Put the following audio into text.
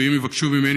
ואם יבקשו ממני,